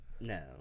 No